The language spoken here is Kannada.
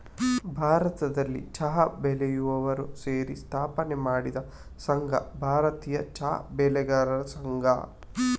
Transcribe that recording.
ಭಾರತದಲ್ಲಿ ಚಾ ಬೆಳೆಯುವವರು ಸೇರಿ ಸ್ಥಾಪನೆ ಮಾಡಿದ ಸಂಘ ಭಾರತೀಯ ಚಾ ಬೆಳೆಗಾರರ ಸಂಘ